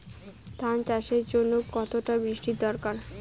ধান চাষের জন্য কতটা বৃষ্টির দরকার?